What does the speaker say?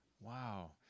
Wow